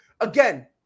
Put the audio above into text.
again